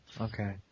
Okay